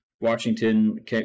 Washington